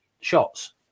shots